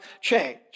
change